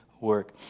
work